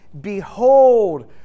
Behold